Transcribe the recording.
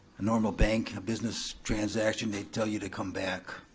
a normal bank, a business transaction, they'd tell you to come back.